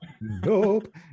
nope